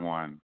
one